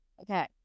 Okay